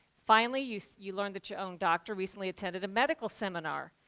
finally, you you learn that your own doctor recently attended a medical seminar.